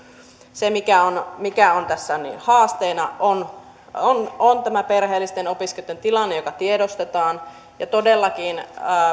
se mikä on mikä on tässä haasteena on on tämä perheellisten opiskelijoitten tilanne joka tiedostetaan todellakin